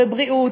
בבריאות,